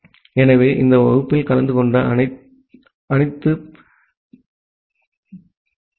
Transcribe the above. ஆகவே இந்த வகுப்பில் கலந்து கொண்ட அனைவருக்கும் நன்றி